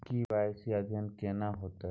KYC अद्यतन केना होतै?